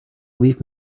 leave